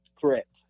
Correct